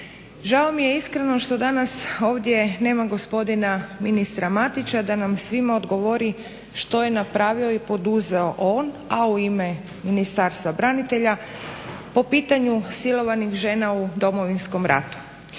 Žao mi je iskreno što danas ovdje nema gospodina ministra Matića, da nam svima odgovori što je napravio i poduzeto on, a u ime Ministarstva branitelja, po pitanju silovanih žena u Domovinskom ratu.